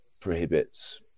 prohibits